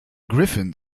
griffin